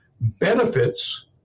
benefits